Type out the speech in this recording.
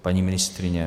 Paní ministryně?